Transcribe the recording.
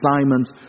Simon's